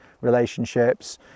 relationships